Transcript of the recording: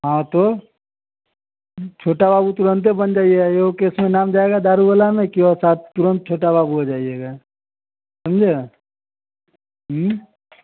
हाँ तो छोटा बाबू तुरंत बन जाइए यो केस में नाम जाएगा दारू वाला में केया साथ तुरंत छोटा बाबू हो जाइएगा समझे हाँ